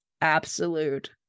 absolute